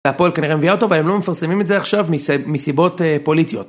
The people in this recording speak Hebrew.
והפועל כנראה מביאה אותו והם לא מפרסמים את זה עכשיו מסיבות פוליטיות.